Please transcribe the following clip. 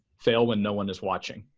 fail when no one is watching,